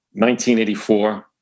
1984